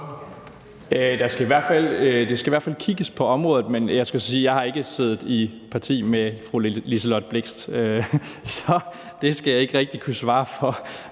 Der skal i hvert fald kigges på området. Men jeg skal så sige, at jeg ikke har siddet i parti med fru Liselott Blixt, så det skal jeg ikke rigtig kunne svare for.